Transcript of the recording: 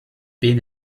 been